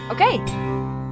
Okay